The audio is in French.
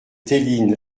theline